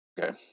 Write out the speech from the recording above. Okay